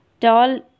tall